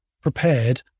prepared